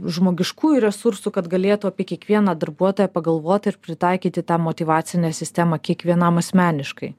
žmogiškųjų resursų kad galėtų apie kiekvieną darbuotoją pagalvoti ir pritaikyti tą motyvacinę sistemą kiekvienam asmeniškai